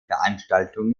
veranstaltung